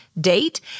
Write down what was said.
date